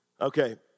okay